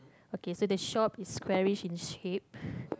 okay so the shop is squarish in shape